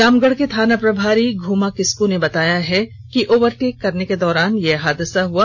रामगढ़ के थाना प्रभारी घुमा किस्क ने बताया है कि ओवरटेक करने के दौरान यह हादसा हुआ